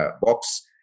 box